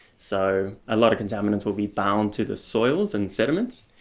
so a lot of contaminants will be bound to the soils and sediments.